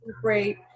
great